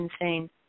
insane